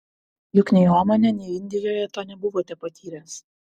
juk nei omane nei indijoje to nebuvote patyręs